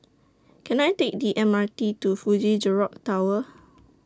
Can I Take The M R T to Fuji Jerox Tower